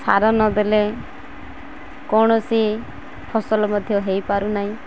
ସାର ନଦେଲେ କୌଣସି ଫସଲ ମଧ୍ୟ ହୋଇପାରୁନାହିଁ